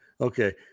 Okay